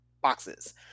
boxes